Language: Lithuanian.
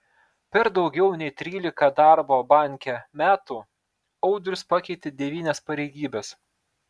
per daugiau nei trylika darbo banke metų audrius pakeitė devynias pareigybes